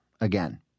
again